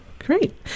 Great